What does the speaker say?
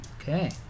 Okay